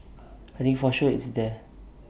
I think for sure it's there